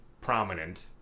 prominent